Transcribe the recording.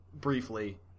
briefly